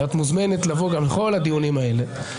את מוזמנת לבוא גם לכל הדיונים האלה.